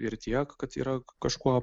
ir tiek kad yra kažkuo